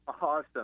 Awesome